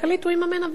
הוא יממן את זה עבורו.